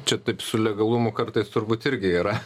čia taip su legalumu kartais turbūt irgi yra